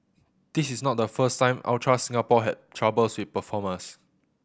this is not the first time Ultra Singapore had troubles with performers